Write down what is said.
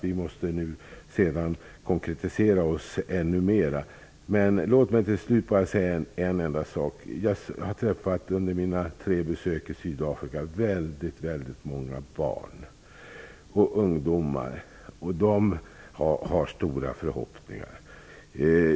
Vi måste i fortsättningen konkretisera oss ännu mera. Låt mig till slut bara nämna att jag under mina tre besök i Sydafrika har träffat många barn och ungdomar, och de har stora förhoppningar.